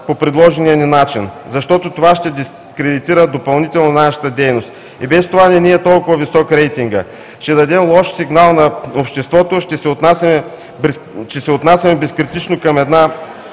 по предложения ни начин, защото това ще дискредитира допълнително нашата дейност. И без това не ни е толкова висок рейтингът, ще дадем лош сигнал на обществото, че се отнасяме безкритично към една